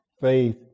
Faith